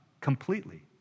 Completely